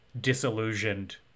disillusioned